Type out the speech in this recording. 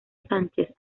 sánchez